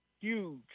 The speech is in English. huge